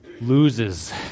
loses